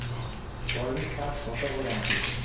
কলমি শাখ কত করে আঁটি?